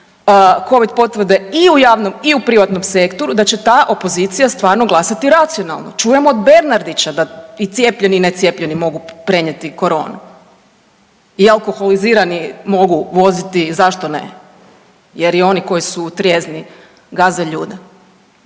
Covid potvrde i u javnom i u privatnom sektoru, da će ta opozicija stvarno glasati racionalno, čujem od Bernardića da i cijepljeni i necijepljeni mogu prenijeti koronu i alkoholizirani mogu voziti zašto ne jer i oni koji su trijezni gaze ljude.